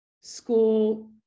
school